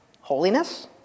holiness